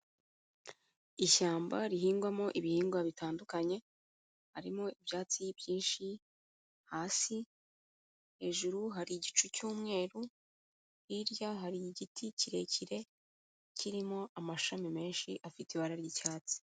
Ishyamba rihingwamo ibihingwa bitandukanye, harimo ibyatsi byinshi hasi, hejuru hari igicu cy'umweru, hirya hari igiti kirekire kirimo amashami menshi afite ibara ry'icyatsi.